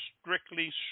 strictly